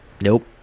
Nope